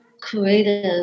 creative